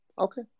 Okay